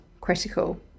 critical